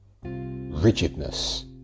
rigidness